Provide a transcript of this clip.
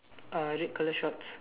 uh red colour shorts